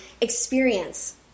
experience